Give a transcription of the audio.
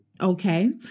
Okay